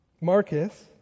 Marcus